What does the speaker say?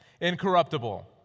incorruptible